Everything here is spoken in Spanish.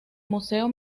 museo